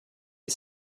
you